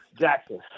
Jackson